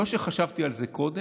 לא שחשבתי על זה קודם,